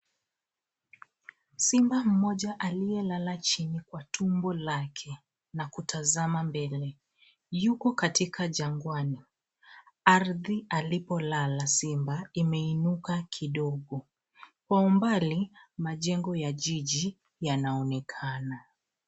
Simba mmoja aliyelala chini kwa tumbo lake na kutazama mbele, yuko katika jangwani. Ardhi alipolala simba, imeinuka kidogo. Kwa umbali majengo ya jiji yanaonekana.